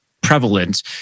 prevalent